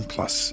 Plus